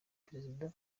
perezida